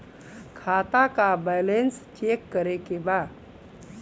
खाता का balance check करे के बा?